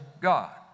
God